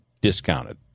discounted